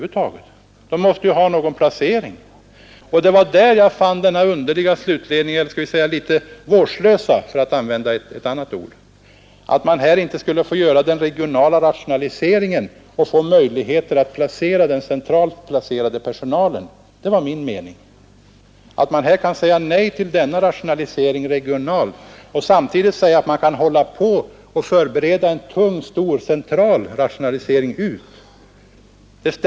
De måste ha någon placering, och det var då jag fann en litet underlig — eller vårdslös, för att använda ett annat ord — slutledning: att man inte skulle få göra den regionala rationaliseringen men däremot ha möjligheter att omplacera den centralt placerade personalen. Det stämmer inte, herr Carlstein, att man säger nej till en regional rationalisering och samtidigt håller på att förbereda en omfattande central rationalisering.